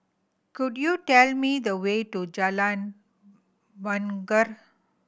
could you tell me the way to Jalan Bungar